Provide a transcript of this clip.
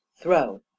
throw